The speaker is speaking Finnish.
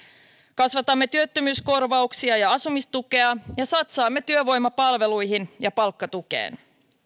kasvatamme työttömyyskorvauksia ja asumistukea ja satsaamme työvoimapalveluihin ja palkkatukeen